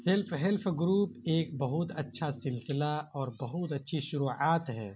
self help group ایک بہت اچھا سلسلہ اور بہت اچھی شروعات ہے